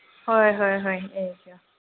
ꯍꯣꯏ ꯍꯣꯏ ꯍꯣꯏ ꯊꯦꯡꯛ ꯌꯨ